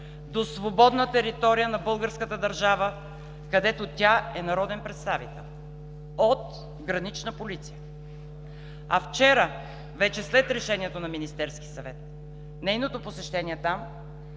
до свободна територия на българската държава, където тя е народен представител – от Гранична полиция. А вчера, вече след решението на Министерския съвет, нейното посещение там